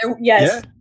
Yes